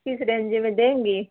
किस रेन्ज में देंगी